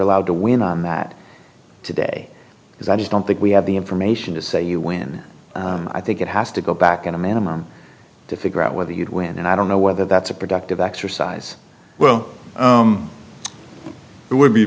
allowed to win on that today because i don't think we have the information to say you when i think it has to go back in a manner to figure out whether you'd win and i don't know whether that's a productive exercise well it would